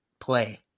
play